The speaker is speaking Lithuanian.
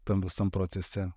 tam visam procese